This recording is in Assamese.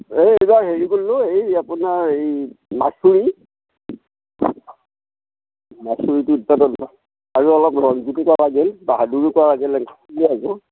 এই এইবিলাক হেৰি কৰিলোঁ এই আপোনাৰ এই মাচুৰী মাচুৰীটো আৰু অলপ ৰঞ্জিতো কৰা গ'ল বাহাদুৰো কৰা গ'ল